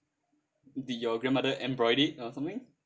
did your grandmother embroid it or something